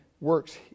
works